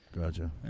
Gotcha